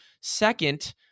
Second